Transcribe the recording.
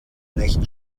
nicht